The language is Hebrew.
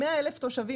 100,000 תושבים,